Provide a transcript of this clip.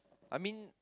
I mean